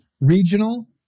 regional